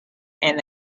and